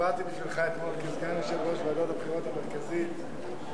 ההצעה להעביר את הצעת חוק הבנקאות (שירות ללקוח)